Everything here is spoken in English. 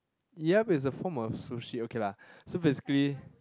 yup is a form of sushi okay lah so basically